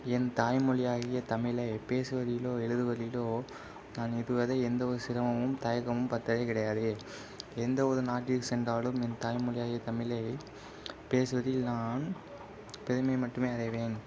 என் தாய்மொழியாகிய தமிழை பேசுவதிலோ எழுவதிலோ நான் இதுவரை எந்த ஒரு சிரமமும் தயக்கமும் பட்டதே கிடையாது எந்த ஒரு நாட்டிற்கு சென்றாலும் என் தாய்மொழியாகிய தமிழை பேசுவதில் நான் பெருமை மட்டுமே அடைவேன்